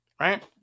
right